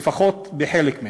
לפחות חלק מהם.